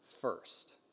first